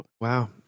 wow